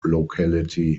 locality